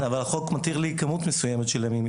אבל החוק מתיר לי כמות מסוימת של ימים.